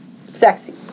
sexy